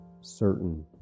certain